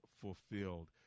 Fulfilled